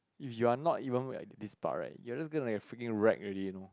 if you're not even at this part right you're just gonna get freaking racked already you know